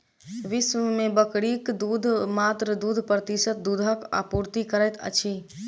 विश्व मे बकरीक दूध मात्र दू प्रतिशत दूधक आपूर्ति करैत अछि